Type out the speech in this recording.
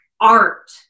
art